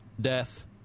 death